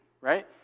right